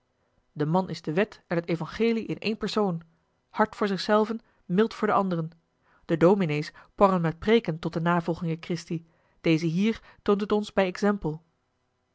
de man is de wet en t evangelie in éen persoon hard voor zich zelven mild voor de anderen de dominées porren met preeken tot de navolginge christi deze hier toont het ons bij exempel